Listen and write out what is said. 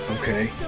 Okay